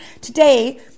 today